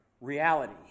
reality